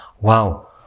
wow